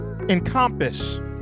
encompass